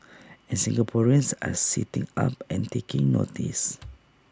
and Singaporeans are sitting up and taking notice